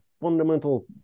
fundamental